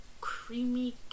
creamy